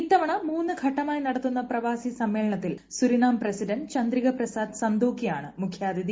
ഇത്തവണമൂന്ന് ഘട്ടമായി നടത്തുന്ന പ്രവാസി സമ്മേളനത്തിൽ സുരിനാം പ്രസിഡന്റ് ചന്ദ്രിക പ്രസാദ് സന്തോക്കിയാണ് മുഖ്യാതിഥി